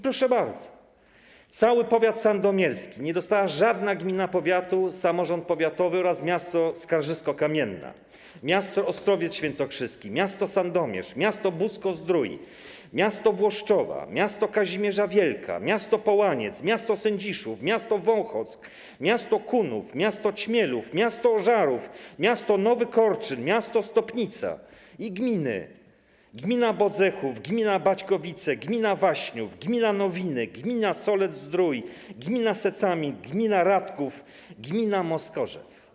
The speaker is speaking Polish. Proszę bardzo: cały powiat sandomierski - nie dostała nic żadna gmina powiatu - samorząd powiatowy oraz miasto Skarżysko-Kamienna, miasto Ostrowiec Świętokrzyski, miasto Sandomierz, miasto Busko-Zdrój, miasto Włoszczowa, miasto Kazimierza Wielka, miasto Połaniec, miasto Sędziszów, miasto Wąchock, miasto Kunów, miasto Ćmielów, miasto Ożarów, miasto Nowy Korczyn, miasto Stopnica i gminy: gmina Bodzechów, gmina Baćkowice, gmina Waśniów, gmina Nowiny, gmina Solec-Zdrój, gmina Secemin, gmina Radków, gmina Moskorzew.